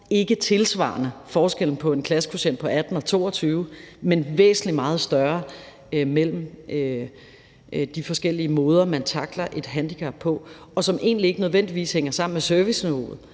ikke tilsvarende forskellen på en klassekvotient på 18 og 22, men væsentlig meget større, altså forskellen mellem de forskellige måder, man tackler et handicap på, som egentlig ikke nødvendigvis hænger sammen med serviceniveauet,